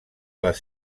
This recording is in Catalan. les